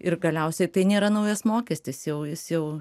ir galiausiai tai nėra naujas mokestis jau jis jau